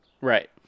Right